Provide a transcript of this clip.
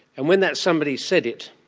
and when that, somebody said it